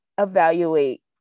evaluate